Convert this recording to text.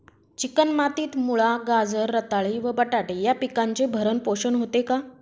Chicken मातीत मुळा, गाजर, रताळी व बटाटे या पिकांचे भरण पोषण होते का?